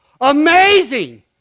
amazing